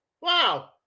Wow